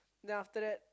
then after that